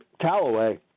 Callaway